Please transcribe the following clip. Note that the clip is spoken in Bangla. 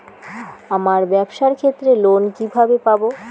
আমার ব্যবসার ক্ষেত্রে লোন কিভাবে পাব?